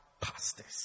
pastors